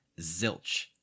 Zilch